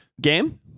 Game